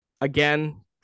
again